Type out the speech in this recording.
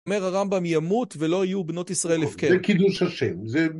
אומר הרמב״ם: "ימות ולא יהיו בנות ישראל הפקר". זה קידוש השם. זה...